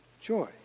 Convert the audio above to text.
Joy